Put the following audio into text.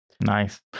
nice